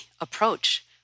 approach